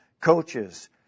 coaches